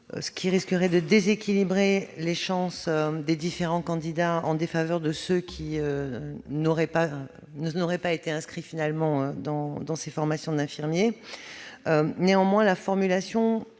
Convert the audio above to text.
ce qui risquerait de déséquilibrer les chances des différents candidats en défaveur de ceux qui n'auraient pas été inscrits dans les formations d'infirmiers. La formulation